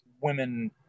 women